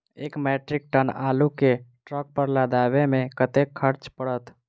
एक metric ton आलु केँ ट्रक पर लदाबै मे कतेक खर्च पड़त?